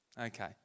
okay